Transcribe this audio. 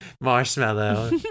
marshmallow